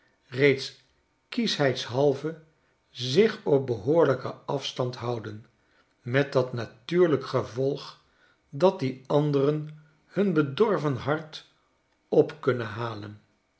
reeds kieschheidshalve zich op behoorlyken afstand houden met dat natuurlijk gevolg dat die anderen hun bedorven hart op kunnen halen